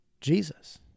Jesus